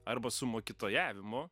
arba su mokytojavimu